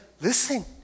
listen